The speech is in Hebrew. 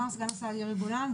אמר סגן השרה יאיר גולן,